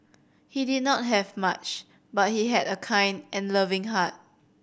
he did not have much but he had a kind and loving heart